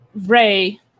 Ray